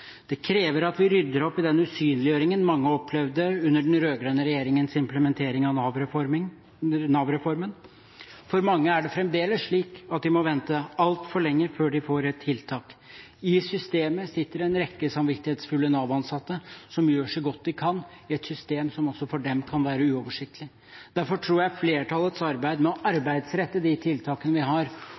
Det krever at vi rydder opp i den usynliggjøringen mange opplevde under den rød-grønne regjeringens implementering av Nav-reformen. For mange er det fremdeles slik at de må vente altfor lenge før de får et tiltak. I systemet sitter det en rekke samvittighetsfulle Nav-ansatte som gjør så godt de kan, i et system som også for dem kan være uoversiktlig. Derfor tror jeg flertallets arbeid med å arbeidsrette de tiltakene vi har,